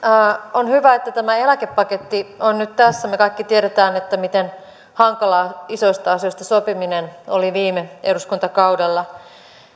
on hyvä että tämä eläkepaketti on nyt tässä me kaikki tiedämme miten hankalaa isoista asioista sopiminen oli viime eduskuntakaudella